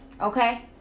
Okay